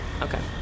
Okay